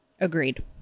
Agreed